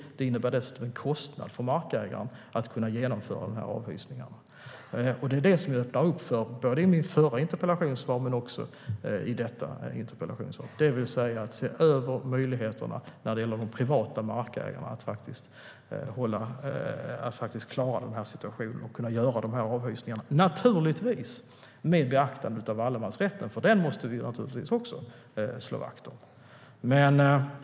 Det innebär dessutom en kostnad för markägaren att genomföra avhysning. Därför öppnar jag både i mitt förra interpellationssvar i frågan och i detta interpellationssvar upp för att se över möjligheterna för privata markägare att klara av situationen och göra dessa avhysningar - givetvis med beaktande av allemansrätten, för den måste vi naturligtvis slå vakt om.